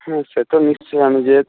হ্যাঁ সে তো নিশ্চই আমি যেহেতু